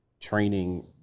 training